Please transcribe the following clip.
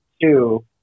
Two